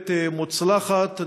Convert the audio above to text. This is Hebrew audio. אקדמית מוצלחת.